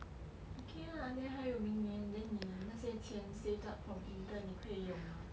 okay lah then 还有明年 then 你那些钱 saved up from intern 你可以用 mah